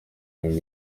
nibwo